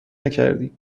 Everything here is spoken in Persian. نکردی